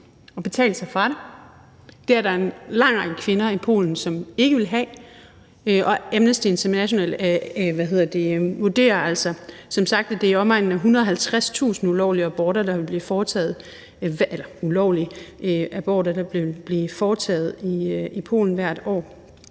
og betale sig fra det, og det er der en lang række kvinder i Polen som ikke vil have. Amnesty International vurderer som sagt, at det er i omegnen af 150.000 ulovlige aborter, der vil blive foretaget i Polen hvert år,